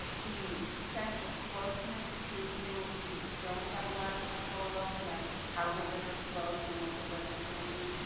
the sense of closeness to things we don't have a lot of control over, like how the river flows, and what the weather's going to be.